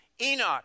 Enoch